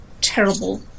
terrible